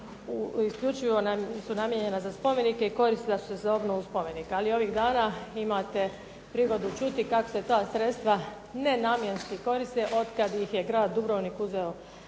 isključivo su namijenjena za spomenike i koristila su se za obnovu spomeniku. Ali ovih dana imate prigodu čuti kako se ta sredstva nenamjenski koriste otkad ih je grad Dubrovnik uzeo